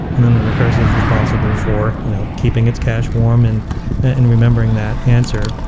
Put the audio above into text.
and then the recursive is responsible for you know keeping its cache warm and and remembering that answer.